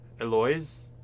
eloise